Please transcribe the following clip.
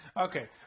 okay